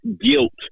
guilt